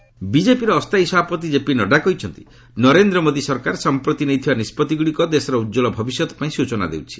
ନଡା NDA ବିଜେପିର ଅସ୍ଥାୟୀ ସଭାପତି କେପି ନଡ୍ରା କହିଛନ୍ତି ନରେନ୍ଦ୍ର ମୋଦୀ ସରକାର ସଂପ୍ରତି ନେଇଥିବା ନିଷ୍କଭି ଗୁଡ଼ିକ ଦେଶର ଉତ୍କଳ ଭବିଷ୍ୟତ ପାଇଁ ସ୍କଚନା ଦେଉଛି